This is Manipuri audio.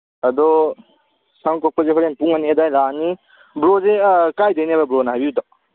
ꯑꯗꯣ ꯁꯝ ꯀꯛꯄꯁꯦ ꯍꯣꯔꯦꯟ ꯄꯨꯡ ꯑꯅꯤ ꯑꯗꯥꯏ ꯂꯥꯛꯑꯅꯤ ꯕ꯭ꯔꯣꯁꯦ ꯀꯥꯏꯗꯩꯅꯦꯕ ꯕ꯭ꯔꯣꯅ ꯍꯥꯏꯕꯤꯕꯗꯣ